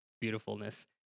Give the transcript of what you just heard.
beautifulness